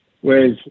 whereas